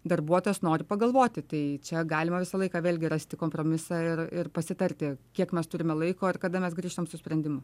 darbuotojas nori pagalvoti tai čia galima visą laiką vėlgi rasti kompromisą ir ir pasitarti kiek mes turime laiko ir kada mes grįžtam su sprendimu